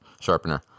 sharpener